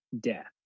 death